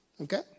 Okay